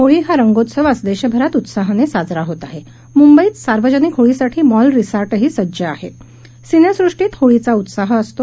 होळी हा रंगोत्सव आज दक्षिरात उत्साहानक्रिजरा होत आह मुंबईत सार्वजनिक होळीसाठी मॉल रिसॉड्री सज्ज आहत सिनस्ट्रीतही होळीचा उत्साह असतो